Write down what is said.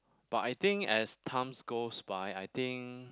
but I think as times goes by I think